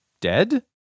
dead